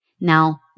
Now